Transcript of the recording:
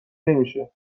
نمیشه